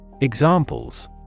Examples